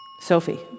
Sophie